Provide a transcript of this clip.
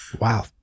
Wow